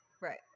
Right